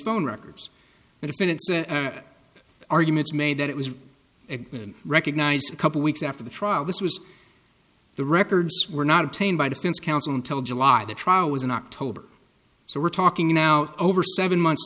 phone records would have been an arguments made that it was recognized a couple weeks after the trial this was the records were not obtained by defense counsel until july the trial was in october so we're talking now over seven months